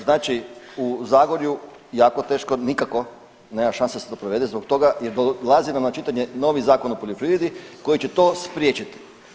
Znači u Zagorju jako teško nikako, nema šanse da se to provede zbog toga jer dolazi nam na čitanje novi Zakon o poljoprivredi koji će to spriječit.